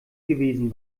gewesen